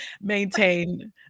maintain